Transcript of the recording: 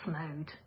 mode